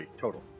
total